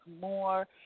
more